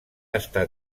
estat